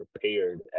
prepared